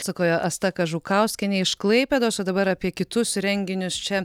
sakojo asta kažukauskienė iš klaipėdos o dabar apie kitus renginius čia